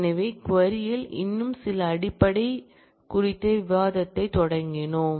எனவே க்வரி ல் இன்னும் சில அடிப்படை செயல்பாடுகள் குறித்த விவாதத்தைத் தொடங்கினோம்